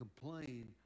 complain